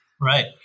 Right